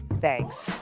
thanks